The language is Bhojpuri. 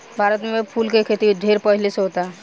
भारत में फूल के खेती ढेर पहिले से होता